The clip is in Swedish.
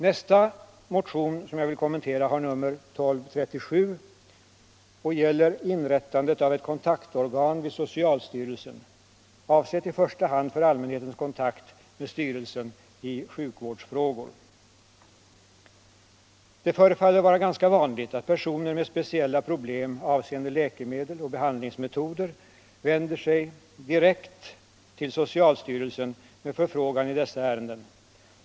Nästa motion som jag vill kommentera har nr 1975/76:1237 och gäller inrättandet av ett kontaktorgan vid socialstyrelsen, avsett i första hand för allmänhetens kontakt med styrelsen i sjukvårdsfrågor. Det förefaller vara ganska vanligt att personer med speciella problem avseende läkemedel och behandlingsmetoder, vänder sig direkt till socialstyrelsen med förfrågan i dessa ärenden.